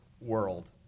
world